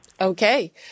Okay